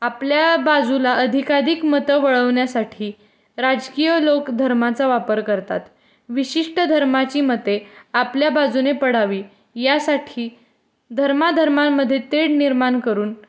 आपल्या बाजूला अधिकाधिक मतं वळवण्यासाठी राजकीय लोक धर्माचा वापर करतात विशिष्ट धर्माची मते आपल्या बाजूने पडावी यासाठी धर्माधर्मांमध्ये तेढ निर्माण करून